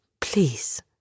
please